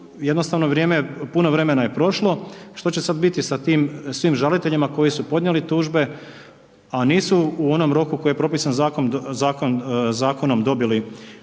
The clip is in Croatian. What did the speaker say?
jednostavno vrijeme, puno vremena je prošlo. Što će sad biti sa tim svim žaliteljima koji su podnijeli tužbe, a nisu u onom roku koji je propisan zakonom dobili